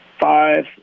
five